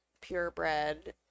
purebred